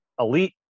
Elite